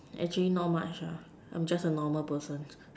actually not much ah I'm just a normal person